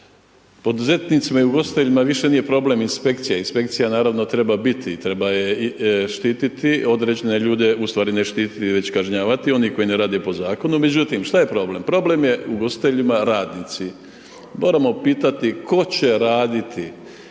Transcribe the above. poduzetnicama i ugostiteljima više nije problem inspekcija, inspekcija naravno treba biti i treba je štititi određene ljude u stvari ne štiti već kažnjavati oni koji ne rade po zakonu. Međutim, šta je problem, problem je ugostiteljima radnici, moramo pitati tko će raditi,